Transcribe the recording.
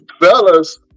Fellas